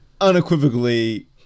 unequivocally